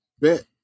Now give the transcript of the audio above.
bet